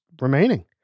remaining